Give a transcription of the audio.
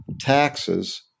taxes